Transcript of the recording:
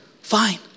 fine